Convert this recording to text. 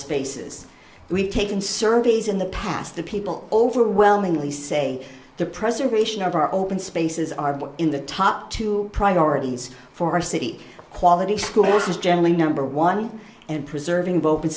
spaces we've taken surveys in the past the people overwhelmingly say the preservation of our open spaces our book in the top two priorities for our city quality schools is generally number one and preserving both